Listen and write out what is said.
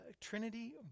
Trinity